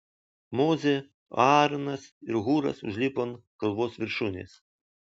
mozė aaronas ir hūras užlipo ant kalvos viršūnės